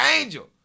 angel